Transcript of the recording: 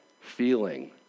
feeling